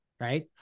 Right